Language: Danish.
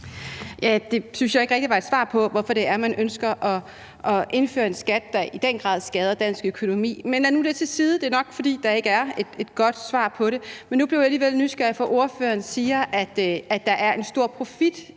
Det synes jeg ikke rigtig var et svar på, hvorfor det er, man ønsker at indføre en skat, der i den grad skader dansk økonomi, men læg nu det til side; det er nok, fordi der ikke er et godt svar på det. Men nu blev jeg alligevel nysgerrig, for ordføreren siger, at der er en stor profit